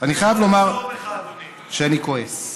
אני חייב לומר שאני כועס.